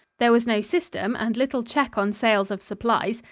there was no system and little check on sales of supplies,